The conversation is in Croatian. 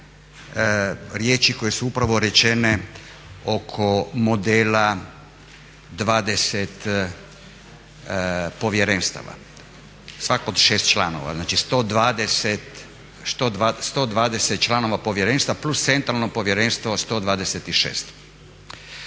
riječi koje su upravo rečene oko modela 20 povjerenstava, svako od 6 članova. Znači 120 članova povjerenstva plus centralno povjerenstvo, 126.